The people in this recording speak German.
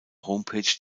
homepage